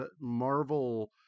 Marvel